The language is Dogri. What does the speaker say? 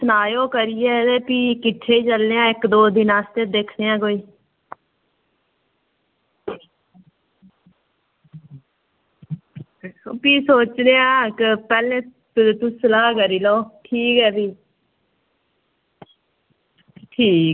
सनाएओ करियै ते भी किट्ठे चलने आं इक दो दिन आस्तै दिक्खनै आं कोई ते भी सोचने आं पैह्लें तुस सलाह् करी लैओ ठीक ऐ भी ठीक